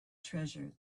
treasure